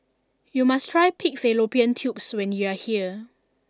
you must try Pig Fallopian Tubes when you are here